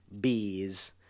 Bees